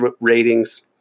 ratings